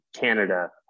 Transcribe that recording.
Canada